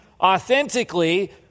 authentically